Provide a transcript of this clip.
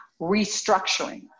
restructuring